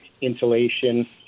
Insulation